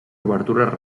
obertures